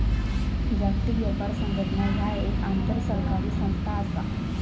जागतिक व्यापार संघटना ह्या एक आंतरसरकारी संस्था असा